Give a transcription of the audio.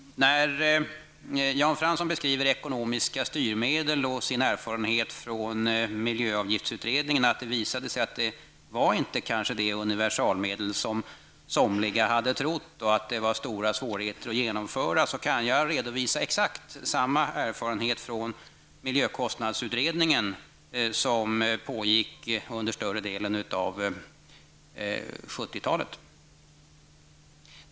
När Jan Fransson talade om ekonomiska styrmedel och beskrev sin erfarenhet från miljöavgiftsutredningen -- dvs. att miljöavgifter kanske inte är det universalmedel som somliga har trott och att de är svåra att genomföra -- kan jag redovisa exakt samma erfarenhet från miljökostnadsutredningen, som pågick under större delen av 1970-talet.